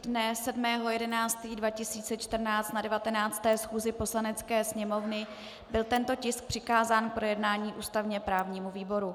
Dne 7. 11. 2014 na 19. schůzi Poslanecké sněmovny byl tento tisk přikázán k projednání ústavněprávnímu výboru.